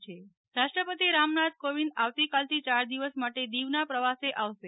નેહ્લ ઠક્કર રાષ્ટૂપતિ રાષ્ટ્રપતિ રામનાથ કોવિંદ આવતીકાલથી યાર દિવસ માટે દિવના પ્રવાસે આવશે